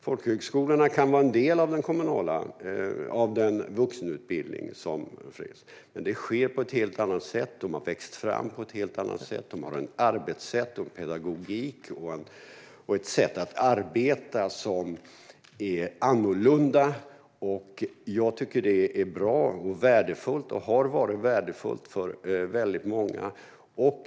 Folkhögskolorna kan vara en del av den kommunala vuxenutbildning som finns, men det sker på ett helt annat sätt. De har vuxit fram på ett helt annat sätt, och de har ett arbetssätt och en pedagogik som är annorlunda. Jag tycker att det är bra och värdefullt. Det har varit värdefullt för väldigt många.